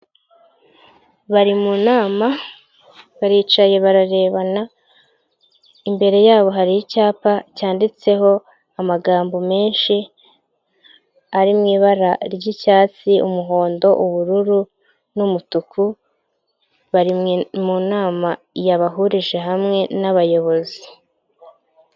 Bari mu nama baricaye bararebana, imbere yabo hari icyapa cyanditseho amagambo menshi ari mu ibara ry'icyatsi, umuhondo, ubururu n'umutuku bari mu nama yabahurije hamwe n'abayobozi.